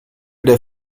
der